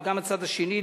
וגם הצד השני,